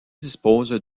dispose